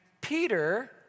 Peter